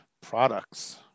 Products